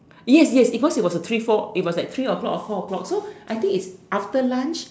yes yes it was it was a three four it was like three o-clock or four o-clock so I think is after lunch